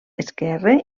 esquerre